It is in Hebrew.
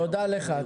תודה לך.